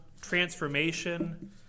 transformation